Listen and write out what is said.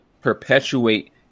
perpetuate